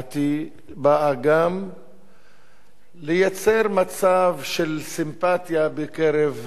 שבאה גם לייצר מצב של סימפתיה בקרב המתנחלים,